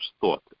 thought